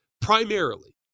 primarily